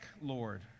Lord